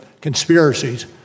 conspiracies